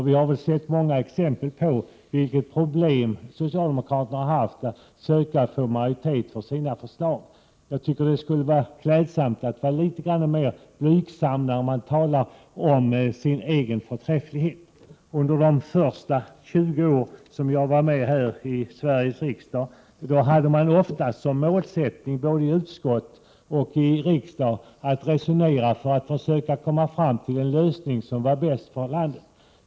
Vi har sett många exempel på vilka problem socialdemokraterna har haft med att söka få majoritet för sina förslag. Jag tycker att det skulle vara klädsamt med litet mer blygsamhet när man talar om sin egen förträfflighet. Under de första 20 år som jag var med i Sveriges riksdag hade man oftast som målsättning både i utskott och kammare att resonera sig fram till en lösning som var bäst för landet.